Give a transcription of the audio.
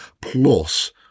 plus